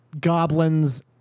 goblins